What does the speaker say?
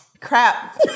crap